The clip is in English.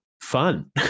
fun